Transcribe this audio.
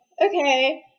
okay